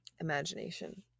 imagination